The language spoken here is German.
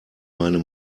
meine